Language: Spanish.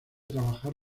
trabajar